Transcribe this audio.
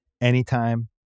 Anytime